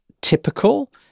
typical